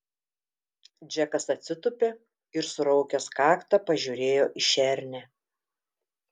džekas atsitūpė ir suraukęs kaktą pažiūrėjo į šernę